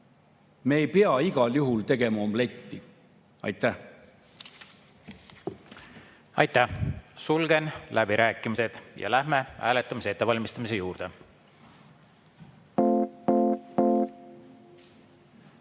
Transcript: Me ei pea igal juhul tegema omletti. Aitäh! Aitäh! Sulgen läbirääkimised ja läheme hääletamise ettevalmistamise juurde. Head